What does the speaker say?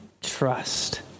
trust